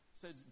says